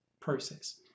Process